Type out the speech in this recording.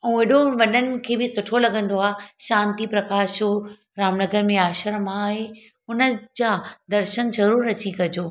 ऐं हेॾो वॾनि खे बि सुठो लॻंदो आहे शांति प्रकाश जो रामनगर में आश्रम आहे उनजा दर्शन ज़रूरु अची कजो